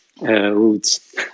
roots